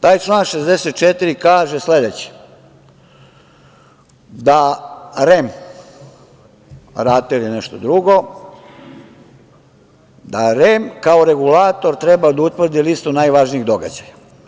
Taj član 64. kaže sledeće – REM, RATEL je nešto drugo, da REM kao regulator treba da utvrdi listu najvažnijih događaja.